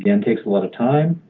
again takes a lot of time.